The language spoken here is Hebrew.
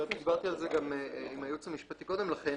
דיברתי על זה גם עם הייעוץ המשפטי קודם לכן.